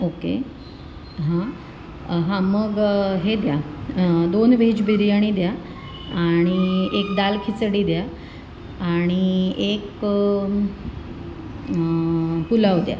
okay मग हे द्या दोन व्हेज बिर्याणी द्या आणि एक दाल खिचडी द्या आणि एक पुलाव द्या